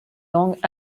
langues